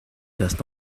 does